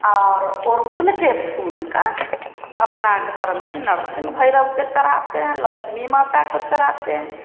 और अड़हुल के फूल का अपना घर में नरसिंह भैरव को चढ़ाते हैं लक्ष्मी माता को चढ़ाते हैं